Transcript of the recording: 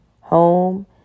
home